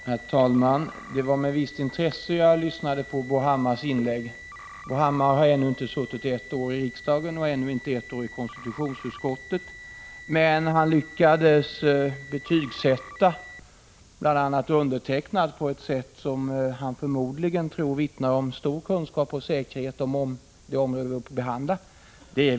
Herr talman! Det var med visst intresse jag lyssnade på Bo Hammars inlägg. Han har ännu inte suttit ett år i riksdagen och i konstitutionsutskottet. Men har lyckades betygsätta bl.a. undertecknad på ett sätt som han förmodligen tror vittnar om stor kunskap om och säkerhet uti det område som vi nu behandlar.